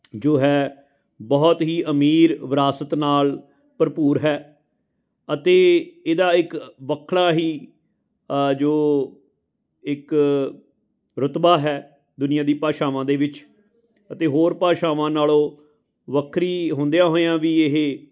ਜੋ ਹੈ ਬਹੁਤ ਹੀ ਅਮੀਰ ਵਿਰਾਸਤ ਨਾਲ ਭਰਪੂਰ ਹੈ ਅਤੇ ਇਹਦਾ ਇੱਕ ਵੱਖਰਾ ਹੀ ਜੋ ਇੱਕ ਰੁਤਬਾ ਹੈ ਦੁਨੀਆ ਦੀ ਭਾਸ਼ਾਵਾਂ ਦੇ ਵਿੱਚ ਅਤੇ ਹੋਰ ਭਾਸ਼ਾਵਾਂ ਨਾਲੋਂ ਵੱਖਰੀ ਹੁੰਦਿਆਂ ਹੋਇਆਂ ਵੀ ਇਹ